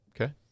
Okay